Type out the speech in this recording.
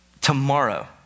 tomorrow